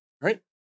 Right